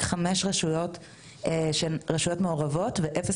רק חמש רשויות שהן רשויות מעורבות ואפס